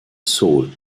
seoul